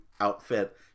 outfit